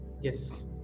yes